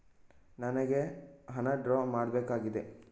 ನನಿಗೆ ಹಣ ಡ್ರಾ ಮಾಡ್ಬೇಕಾಗಿದೆ